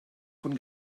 von